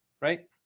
right